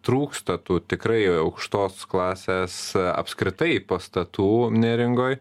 trūksta tų tikrai aukštos klasės apskritai pastatų neringoj